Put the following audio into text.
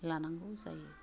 लानांगौ जायो